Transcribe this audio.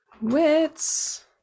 Wits